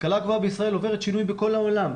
ההשכלה הגבוהה עוברת שינוי בכל העולם.